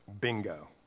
bingo